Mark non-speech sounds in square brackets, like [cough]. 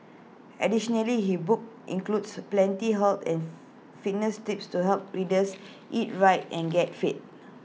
additionally he book includes plenty her and [noise] fitness tips to help readers eat right and get fit